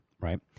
right